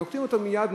נוקטים אותו מייד,